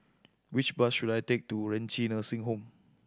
which bus should I take to Renci Nursing Home